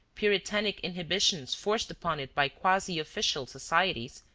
puritanic inhibitions forced upon it by quasi official societies,